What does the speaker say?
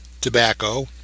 tobacco